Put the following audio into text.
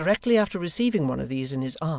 it was directly after receiving one of these in his arm,